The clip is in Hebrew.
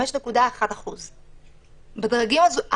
5.1%. בדרגים הזוטרים,